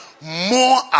more